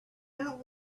out